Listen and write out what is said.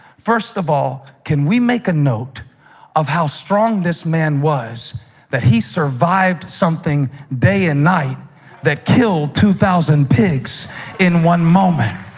first of all, can we make a note of how strong this man was that he survived something day and night that killed two thousand pigs in one moment?